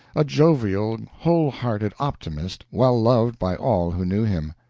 a jovial, whole-hearted optimist, well-loved by all who knew him.